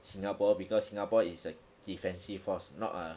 singapore because singapore is a defensive force not a